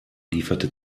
lieferte